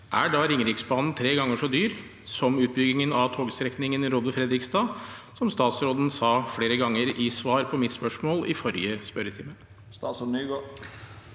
Er da Ringeriksbanen tre ganger så dyr som utbyggingen av togstrekningen Råde−Fredrikstad, som statsråden sa flere ganger i svar på mitt spørsmål i forrige spørretime?» Statsråd